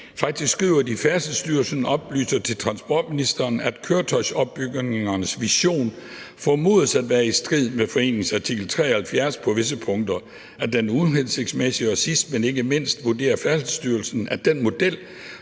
Faktisk skriver de: »Færdselsstyrelsen oplyser til transportministeren, at Køretøjsopbyggernes vision formodes at være i strid med forordningens artikel 73 på visse punkter, at den er uhensigtsmæssig og sidst, men ikke mindst, vurderer Færdselsstyrelsen, at den model,